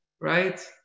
right